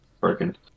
Broken